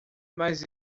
mas